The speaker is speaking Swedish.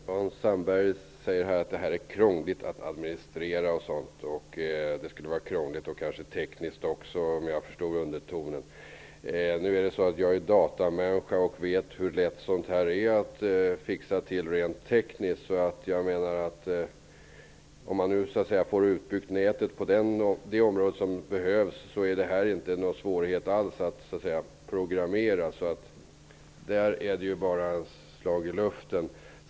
Fru talman! Jan Sandberg säger att det är krångligt att administrera ett sådant system som det vi vill ha och också att det skulle vara tekniskt krångligt, om jag förstod undertonen. Nu är det så att jag är datamänniska och vet hur lätt det är att fixa till sådant här rent tekniskt. Om man får nätet utbyggt så som behövs, menar jag att det inte är någon svårighet alls att så att säga programmera. De invändningar Jan Sandberg gör är bara slag i luften.